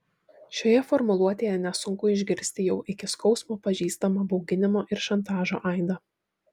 šioje formuluotėje nesunku išgirsti jau iki skausmo pažįstamą bauginimo ir šantažo aidą